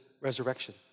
resurrection